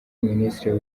minisitiri